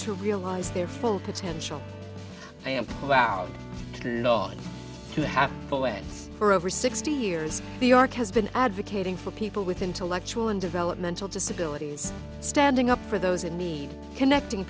to realize their full potential i am proud to have for over sixty years the arc has been advocating for people with intellectual and developmental disabilities standing up for those in need connecting